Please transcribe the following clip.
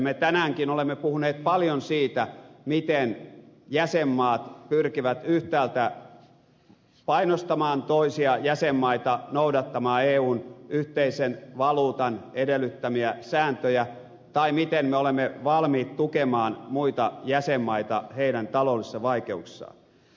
me tänäänkin olemme puhuneet paljon siitä miten jäsenmaat pyrkivät yhtäältä painostamaan toisia jäsenmaita noudattamaan eun yhteisen valuutan edellyttämiä sääntöjä tai miten me olemme valmiit tukemaan muita jäsenmaita niiden taloudellisissa vaikeuksissa